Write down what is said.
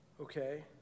okay